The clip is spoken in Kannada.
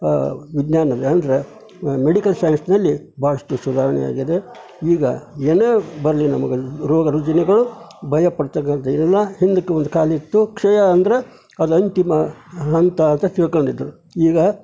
ವಿಜ್ಞಾನ ಅಂದರೆ ಮೆಡಿಕಲ್ ಸೈನ್ಸ್ನಲ್ಲಿ ಬಹಳಷ್ಟು ಸುಧಾರಣೆ ಆಗಿದೆ ಈಗ ಏನೇ ಬರಲಿ ನಮಗ ರೋಗ ರುಜಿನಗಳು ಭಯ ಪಡ್ತಕ್ಕಂಥ ಎಲ್ಲ ಹಿಂದಕ್ಕೆ ಒಂದು ಕಾಲಿಟ್ಟು ಕ್ಷಯ ಅಂದರೆ ಅದು ಅಂತಿಮ ಹಂತ ಅಂತ ತಿಳ್ಕೊಂಡಿದ್ರು ಈಗ